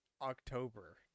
October